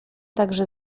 także